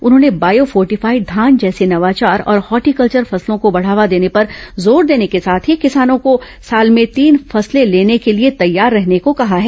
उन्होंने bio fortified धान जैसे नवाचार और हार्टिकल्चर फसलों को बढ़ावा देने पर जोर देने के साथ ही किसानों को साल में तीन फसलें लेने के लिए तैयार रहने को कहा है